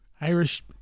Irish